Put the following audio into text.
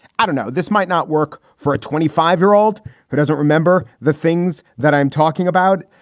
i don't know. this might not work for a twenty five year old who doesn't remember the things that i'm talking about.